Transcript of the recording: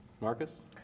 Marcus